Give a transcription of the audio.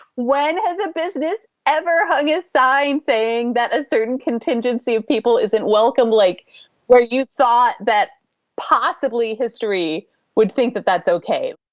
when has a business ever hung a sign saying that a certain contingency of people isn't welcome? like where you thought that possibly history would think that that's okay?